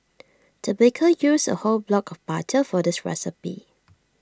the baker used A whole block of butter for this recipe